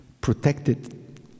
protected